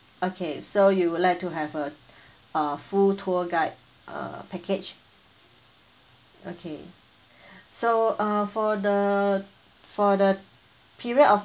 okay so you would like to have a uh full tour guide uh package okay so uh for the for the period of